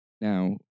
Now